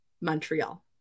Montreal